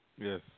Yes